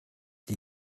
die